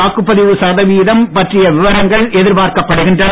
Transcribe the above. வாக்குப்பதிவு சதவிகிதம் பற்றிய விவரங்கள் இறுதி எதிர்பார்க்கப்படுகின்றன